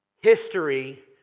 History